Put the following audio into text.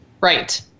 Right